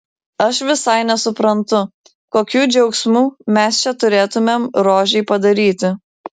aš visai nesuprantu kokių džiaugsmų mes čia turėtumėm rožei padaryti